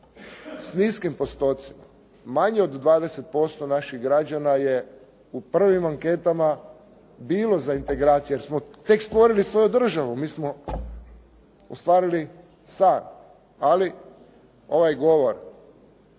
s niskim postocima. Manje od 20% naših građana je u prvim anketama bilo za integraciju, jer smo tek stvorili svoju državu. Mi smo ostvarili san. Ali ovaj govor,